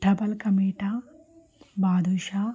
double కా మీటా బాదుషా